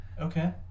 Okay